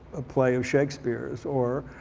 a play of shakespeare's. or